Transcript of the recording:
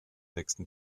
nächsten